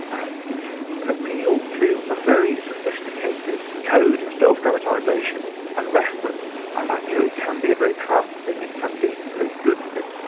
and it's an appeal to a very sophisticated code of self-dramatisation and reference and you know it can be a very powerful thing, it can be a very good thing.